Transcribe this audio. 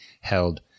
held